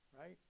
right